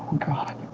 god.